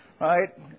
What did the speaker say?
Right